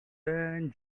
and